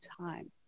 time